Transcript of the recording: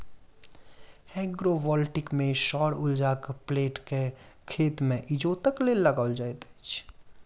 agrovoltaic मे सौर उर्जाक प्लेट के खेत मे इजोतक लेल लगाओल जाइत छै